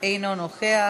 אינו נוכח,